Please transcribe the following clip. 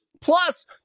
Plus